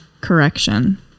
correction